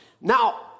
Now